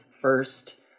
first